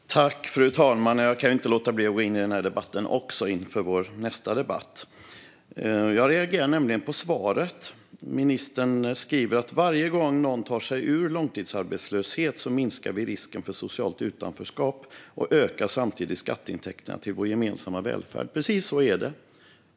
Fru talman! Inför nästa debatt kan jag ändå inte låta bli att gå in även i den här debatten. Jag reagerar nämligen på svaret. Så här säger ministern: "Varje gång någon tar sig ur långtidsarbetslöshet minskar vi risken för socialt utanförskap och ökar samtidigt skatteintäkterna till vår gemensamma välfärd." Precis så är det.